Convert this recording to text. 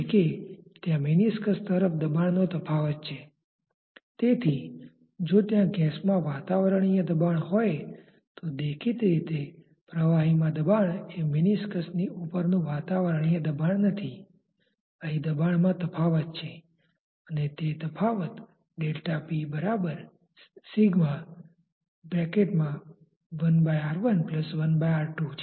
અને આપણો ઉદ્દેશ એ શોધવાનો છે કે આ લંબાઈ '1' પર નેટ ફોર્સ કેટલું લાગે છે